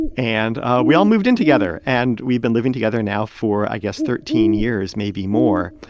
and we all moved in together. and we've been living together now for, i guess, thirteen years, maybe more.